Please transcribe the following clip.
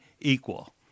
equal